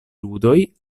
ludoj